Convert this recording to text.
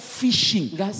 fishing